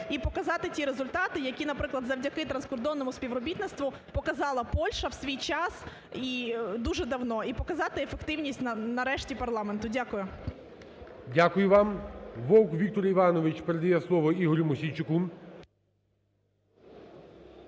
і показати ті результати, які, наприклад, завдяки транскордонному співробітництву показала Польща в свій час і дуже давно, і показати ефективність, нарешті, парламенту. Дякую. ГОЛОВУЮЧИЙ. Дякую вам. Вовк Віктор Іванович, передає слово Ігорю Мосійчуку.